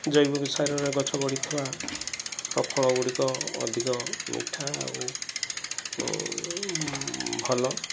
ଜୈବିକ ସାରରେ ଗଛ ବଢ଼ିଥିବା ର ଫଳ ଗୁଡ଼ିକ ଅଧିକ ମିଠା ଆଉ ଭଲ